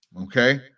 Okay